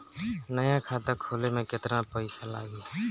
नया खाता खोले मे केतना पईसा लागि?